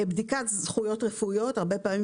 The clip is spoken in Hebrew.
בדיקת זכויות רפואיות, הרבה פעמים